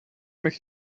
mich